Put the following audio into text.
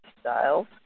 styles